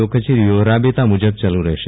ઓ કચેરીઓ રાબેતા મુજબ ચાલુ રહેશે